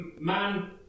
man